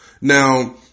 Now